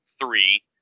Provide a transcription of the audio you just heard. three